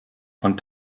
von